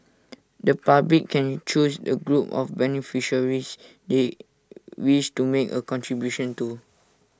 the public can choose the group of beneficiaries they wish to make A contribution to